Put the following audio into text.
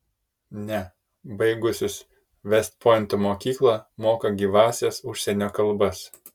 ne baigusis vest pointo mokyklą moka gyvąsias užsienio kalbas